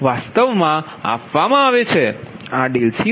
જેથી 1C1Pg10